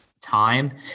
time